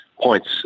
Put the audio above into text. points